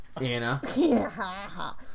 Anna